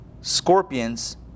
scorpions